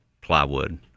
plywood